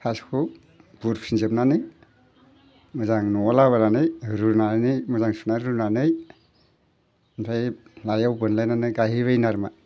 थास'खौ बुरफिनजोबनानै मोजां न'आव लाबोनानै रुनानै मोजां सुना रुनानै ओमफाय लाइआव बोनलायनानै गायहैबायनो आरोनोमा